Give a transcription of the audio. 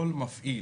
כל מפעיל